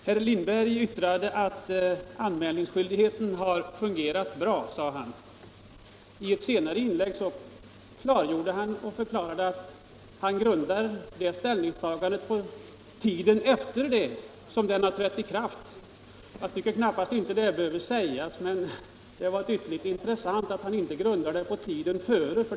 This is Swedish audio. Herr Lindberg sade att anmälningsskyldigheten har fungerat bra, och i ett senare anförande förklarade han att han grundade den uppfattningen på tiden efter kungörelsens ikraftträdande. Det behövde väl knappast sägas, men det var ju intressant att herr Lindberg inte grundade sin bedömning på tiden före ikraftträdandet.